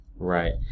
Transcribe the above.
Right